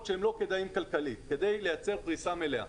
שהם לא כדאיים כלכלית כדי לייצר פריסה מלאה.